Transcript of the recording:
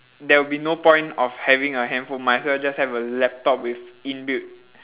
there will be no point of having a handphone might as well just have a laptop with in built